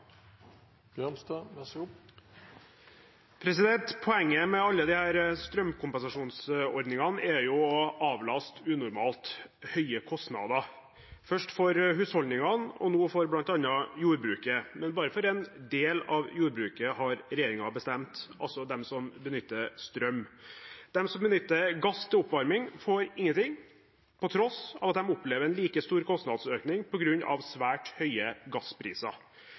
å avlaste unormalt høye kostnader, først for husholdningene, og nå for bl.a. jordbruket, men bare for en del av jordbruket, har regjeringen bestemt, altså de som benytter strøm. De som benytter gass til oppvarming, får ingenting, på tross av at de opplever en like stor kostnadsøkning på grunn av svært høye gasspriser.